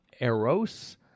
Eros